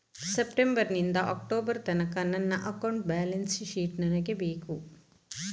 September ನಿಂದ October ತನಕ ನನ್ನ ಅಕೌಂಟ್ ಬ್ಯಾಲೆನ್ಸ್ ಶೀಟ್ ನನಗೆ ಬೇಕು